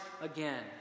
again